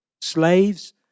slaves